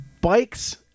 bikes